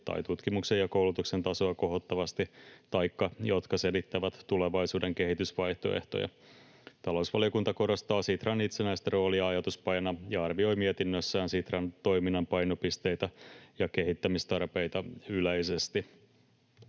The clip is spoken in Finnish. tai tutkimuksen ja koulutuksen tasoa kohottavasti taikka jotka selvittävät tulevaisuuden kehitysvaihtoehtoja. Talousvaliokunta korostaa Sitran itsenäistä roolia ajatuspajana ja arvioi mietinnössään Sitran toiminnan painopisteitä ja kehittämistarpeita yleisesti.